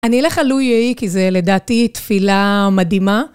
אני אלך על לו יהי, כי זה לדעתי תפילה מדהימה.